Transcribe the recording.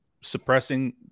suppressing